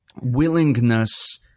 willingness